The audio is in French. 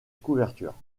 couverture